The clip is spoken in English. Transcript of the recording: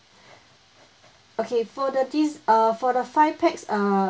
okay for the des~ err for the five pax err